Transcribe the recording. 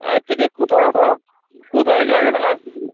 আচ্ছা এটা কোথায় ওটা কোথায় জায়গাটার নাম কী